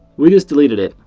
we just deleted it,